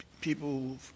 people